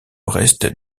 reste